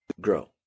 grow